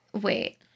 Wait